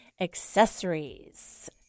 accessories